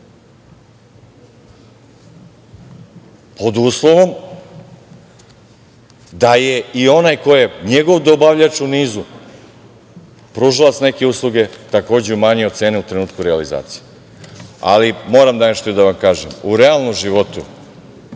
pod uslovom da je i onaj ko je njegov dobavljač u nizu, pružalac neke usluge, takođe umanjio cene u trenutku realizacije. Moram nešto i da vam kažem, u realnom životu